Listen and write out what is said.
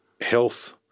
health